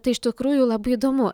tai iš tikrųjų labai įdomu